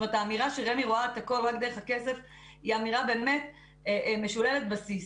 כך שהאמירה שרמ"י רואה את הכול רק דרך הכסף היא אמירה משוללת יסוד.